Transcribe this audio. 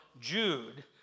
Jude